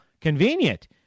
convenient